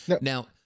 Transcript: now